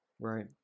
right